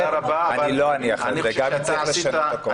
אני לא אניח לזה גם אם צריך לשנות הכול.